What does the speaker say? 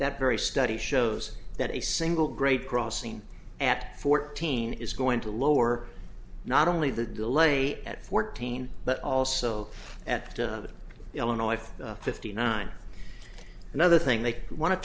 that very study shows that a single grade crossing at fourteen is going to lower not only the delay at fourteen but also at the illinois fifty nine another thing they want to